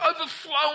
overflowing